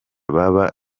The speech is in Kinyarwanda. baba